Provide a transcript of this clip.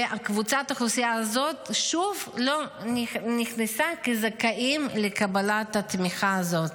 וקבוצת האוכלוסייה הזאת שוב לא נכנסה כזכאית לקבלת התמיכה הזאת.